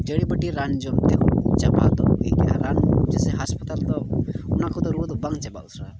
ᱡᱟᱹᱲᱤᱵᱟᱹᱴᱤ ᱨᱟᱱ ᱡᱚᱢ ᱛᱮᱦᱚᱸ ᱨᱟᱱ ᱡᱮᱭᱥᱮ ᱦᱟᱥᱯᱟᱛᱟᱞ ᱨᱮᱫᱚ ᱚᱱᱟ ᱠᱚᱫᱚ ᱨᱩᱣᱟᱹ ᱠᱚᱫᱚ ᱵᱟᱝ ᱪᱟᱵᱟᱜᱼᱟ ᱩᱥᱟᱹᱨᱟ